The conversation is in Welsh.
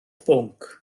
bwnc